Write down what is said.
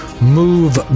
move